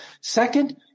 second